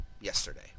yesterday